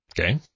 Okay